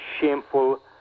shameful